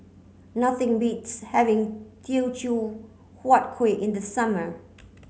nothing beats having Teochew Huat Kuih in the summer